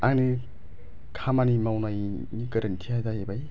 आंनि खामानि मावनायनि गोरोन्थिया जाहैबाय